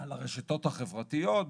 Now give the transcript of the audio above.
על הרשתות החברתיות,